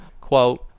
quote